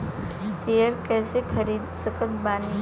Share कइसे खरीद सकत बानी?